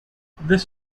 this